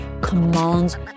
commands